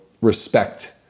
respect